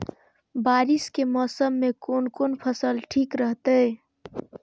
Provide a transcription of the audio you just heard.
बारिश के मौसम में कोन कोन फसल ठीक रहते?